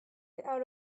out